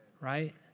Right